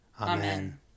Amen